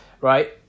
right